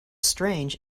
strange